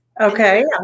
Okay